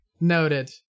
Noted